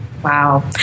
Wow